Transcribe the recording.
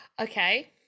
Okay